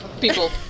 People